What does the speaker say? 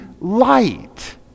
light